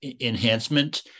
enhancement